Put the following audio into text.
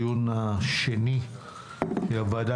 אני מתכבד לפתוח את הדיון השני של הוועדה